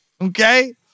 Okay